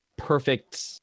perfect